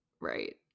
right